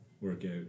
workout